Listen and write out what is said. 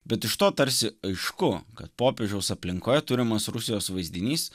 bet iš to tarsi aišku kad popiežiaus aplinkoje turimos rusijos vaizdinys